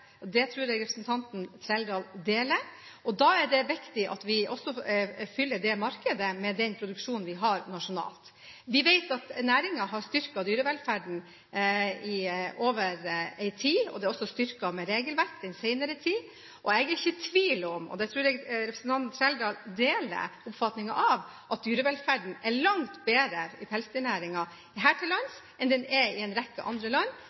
Det tror jeg representanten Trældal deler oppfatningen av. Da er det viktig at vi også fyller det markedet med den produksjonen vi har nasjonalt. Vi vet at næringen har styrket dyrevelferden over tid. Næringen er også styrket med regelverk den senere tid, og jeg er ikke i tvil om – det tror jeg representanten Trældal deler oppfatningen av – at dyrevelferden er langt bedre i pelsdyrnæringen her til lands enn den er i en rekke andre land